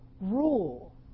rule